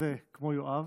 כזה כמו יואב.